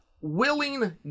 willing